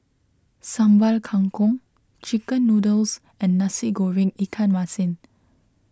Sambal Kangkong Chicken Noodles and Nasi Goreng Ikan Masin